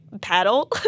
Paddle